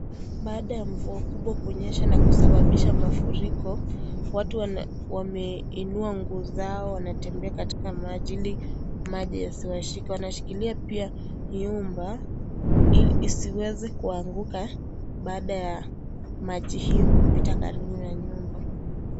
Baada ya mvua kubwa kunyesha na kusababisha mafuriko ,watu wameinua nguo zao wanatembea katika maji hili maji yasiwashike wanashikilia pia nyumba isiweze kuaanguka baada ya maji hii kupita karibu na nyumba.